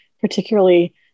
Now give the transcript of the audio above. particularly